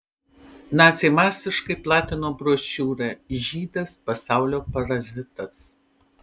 naciai masiškai platino brošiūrą žydas pasaulio parazitas